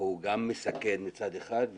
הוא גם מסכן מצד אחד,